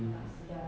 ya